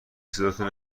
صداتو